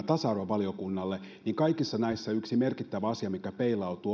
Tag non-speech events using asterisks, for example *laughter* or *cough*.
*unintelligible* tasa arvovaliokunnalle kaikissa näissä yksi merkittävä asia mikä peilautuu *unintelligible*